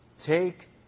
Take